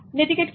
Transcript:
netiquette কি